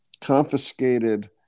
confiscated